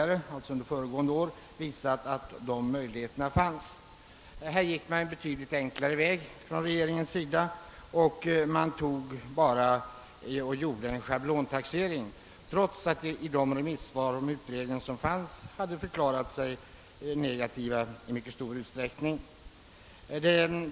Regeringen valde emellertid en betydligt enklare metod, nämligen en schablontaxering, trots att man i remissvaren på utredningens betänkande i mycket stor utsträckning förklarade sig negativ till en sådan.